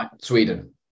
Sweden